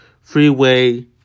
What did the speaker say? freeway